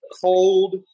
cold